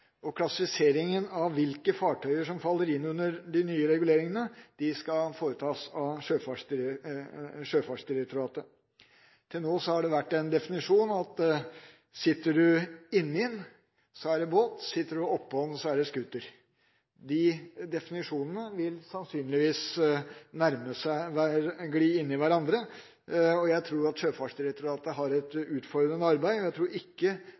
Klassifiseringen av hvilke fartøyer som faller inn under de nye reguleringene, skal foretas av Sjøfartsdirektoratet. Til nå har definisjonen vært at sitter du inni den, er det båt. Sitter du oppå den, er det scooter. De definisjonene vil sannsynligvis gli inn i hverandre, og jeg tror at Sjøfartsdirektoratet har et utfordrende arbeid, og jeg tror ikke